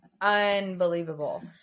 unbelievable